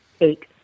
Eight